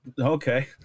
okay